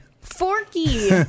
Forky